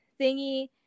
thingy